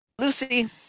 Lucy